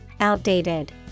outdated